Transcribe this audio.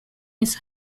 his